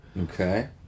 Okay